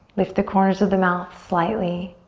lift the corners of the mouth slightly.